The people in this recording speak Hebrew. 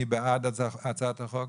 מי בעד הצעת החוק?